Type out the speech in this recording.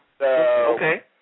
Okay